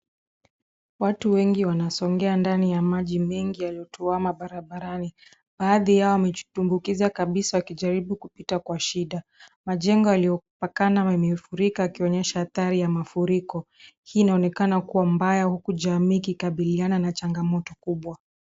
Watu wengi wanasongea ndani ya maji mengi yaliyokwama barabarani. Baadhi yao wamejitumbukiza kabisa wakijaribu kupita kwa shida. Majengo yaliyopakana yamefurika yakionyesha athari za mafuriko. Hii inaonekana kuwa mbaya huku jamii ikikabiliana na changamoto kubwa.